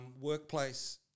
Workplace